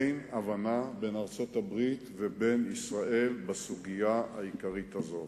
אין הבנה בין ישראל לארצות-הברית בסוגיה העיקרית הזו.